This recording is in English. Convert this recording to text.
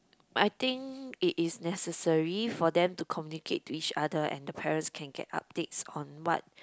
I think it is necessary for them to communicate to each other and the parents can get updates on what